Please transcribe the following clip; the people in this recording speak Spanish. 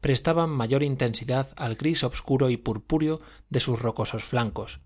prestaban mayor intensidad al gris obscuro y purpúreo de sus rocosos flancos